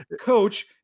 coach